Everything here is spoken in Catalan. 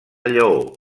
lleó